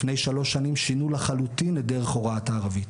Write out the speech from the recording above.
לפני שלוש שנים שינו לחלוטין את דרך הוראת הערבית.